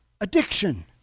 addiction